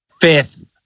fifth